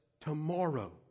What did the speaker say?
tomorrow